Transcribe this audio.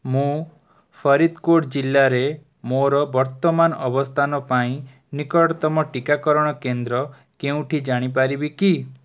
ମୁଁ ଫରିଦ୍କୋଟ୍ ଜିଲ୍ଲାରେ ମୋର ବର୍ତ୍ତମାନ ଅବସ୍ଥାନ ପାଇଁ ନିକଟତମ ଟିକାକରଣ କେନ୍ଦ୍ର କେଉଁଠି ଜାଣିପାରିବି କି